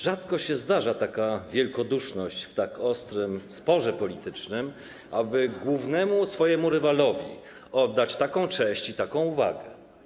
Rzadko się zdarza taka wielkoduszność w tak ostrym sporze politycznym, aby głównemu swojemu rywalowi oddać taką cześć i taką uwagę.